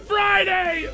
Friday